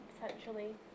potentially